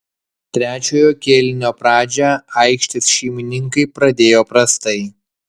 trečiojo kėlinio pradžią aikštės šeimininkai pradėjo prastai